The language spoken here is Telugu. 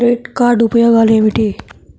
క్రెడిట్ కార్డ్ ఉపయోగాలు ఏమిటి?